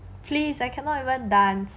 please I cannot even dance